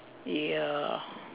ya